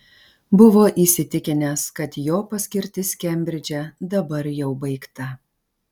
buvo įsitikinęs kad jo paskirtis kembridže dabar jau baigta